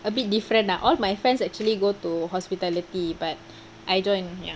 a bit different lah all my friends actually go to hospitality but I don't